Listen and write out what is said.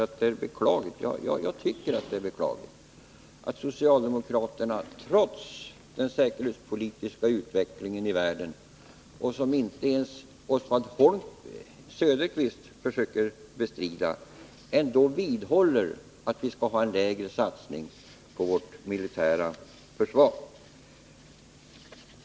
Sedan tycker jag, Eric Holmqvist, att det är beklagligt att socialdemokraterna trots den säkerhetspolitiska utvecklingen i världen — en utveckling som inte ens Oswald Söderqvist försöker bestrida — ändå vidhåller att vi skall ha en lägre satsning på det militära försvaret.